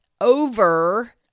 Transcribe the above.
over